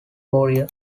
warrior